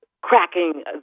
cracking